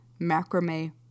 macrame